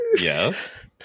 Yes